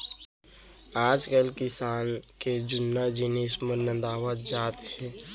आजकाल किसानी के जुन्ना जिनिस मन नंदावत जात हें